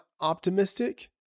optimistic